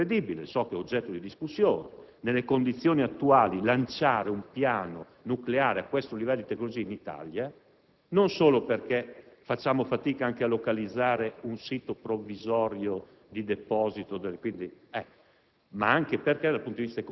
attuali non ritengo credibile - so che è oggetto di discussione - lanciare un piano nucleare a questo livello di tecnologia in Italia, non solo perché facciamo fatica anche a localizzare un sito provvisorio di deposito, ma anche